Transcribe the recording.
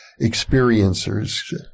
experiencers